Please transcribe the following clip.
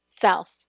self